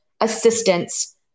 assistance